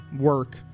work